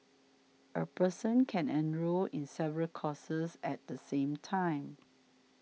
a person can enrol in several courses at the same time